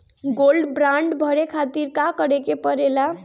Gold bond भरे खातिर का करेके पड़ेला?